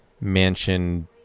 mansion